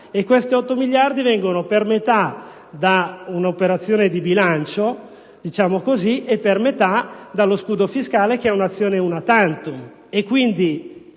Questi 80 miliardi di euro provengono per metà da un'operazione di bilancio e per metà dallo scudo fiscale, che è un'azione *una tantum.*